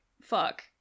fuck